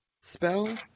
spell